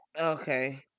okay